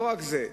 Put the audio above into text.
לא רק זה,